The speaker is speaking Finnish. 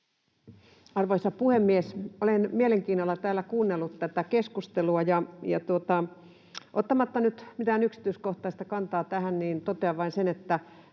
Arvoisa puhemies! Olen mielenkiinnolla täällä kuunnellut tätä keskustelua, ja ottamatta nyt mitään yksityiskohtaista kantaa tähän totean vain sen, että